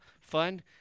fun